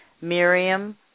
Miriam